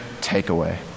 takeaway